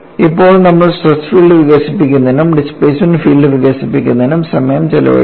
ഇപ്പോൾ നമ്മൾ stress field വികസിപ്പിക്കുന്നതിനും ഡിസ്പ്ലേസ്മെന്റ് ഫീൽഡ് വികസിപ്പിക്കുന്നതിനും സമയം ചെലവഴിച്ചു